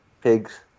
Pigs